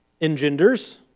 engenders